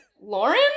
Lauren